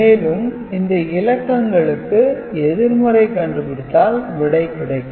மேலும் இந்த இலக்கங்களுக்கு எதிர்மறை கண்டுபிடித்தால் விடை கிடைக்கும்